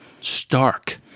stark